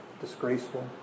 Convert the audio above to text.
disgraceful